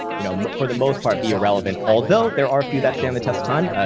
you know, for the most part be irrelevant, although there are few that stand the test time. ah